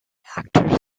actors